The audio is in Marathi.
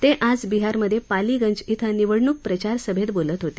ते आज बिहारमधे पालीगंज क्वं निवडणूक प्रचारसभेत बोलत होते